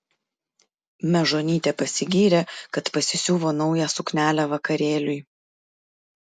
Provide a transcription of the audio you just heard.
mežonytė pasigyrė kad pasisiuvo naują suknelę vakarėliui